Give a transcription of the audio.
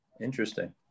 Interesting